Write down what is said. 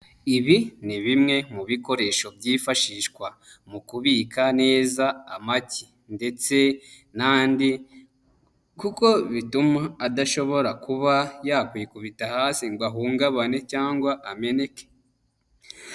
Ibi ni bimwe mu bikoresho byifashishwa mu kubika neza amagi ndetse n'andi kuko bituma adashobora kuba yakwikubita hasi ngo ahungabane cyangwa ameneke.